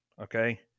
okay